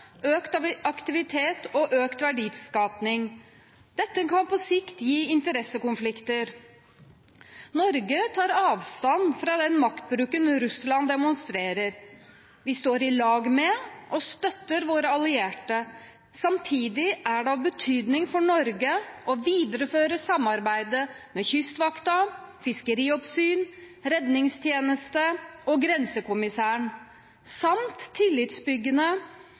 økt skipsfart, økt aktivitet og økt verdiskaping. Dette kan på sikt gi interessekonflikter. Norge tar avstand fra den maktbruken Russland demonstrerer. Vi står i lag med og støtter våre allierte. Samtidig er det av betydning for Norge å videreføre samarbeidet med Kystvakten, fiskerioppsyn, redningstjeneste og grensekommissæren samt